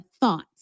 thoughts